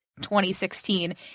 2016